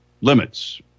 limits